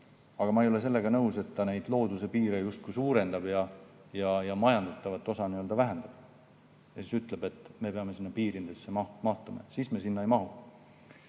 Aga ma ei ole nõus sellega, et ta neid looduse piire justkui [laiendab] ja majandatavat osa nii-öelda vähendab ja siis ütleb, et me peame sinna piiridesse mahtuma. Siis me sinna ei mahu.